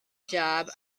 job